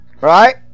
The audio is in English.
Right